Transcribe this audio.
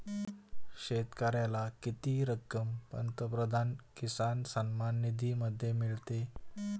शेतकऱ्याला किती रक्कम पंतप्रधान किसान सन्मान निधीमध्ये मिळते?